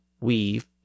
weave